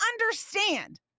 understand